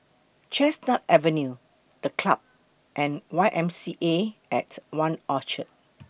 Chestnut Avenue The Club and Y M C A At one Orchard